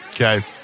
Okay